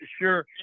sure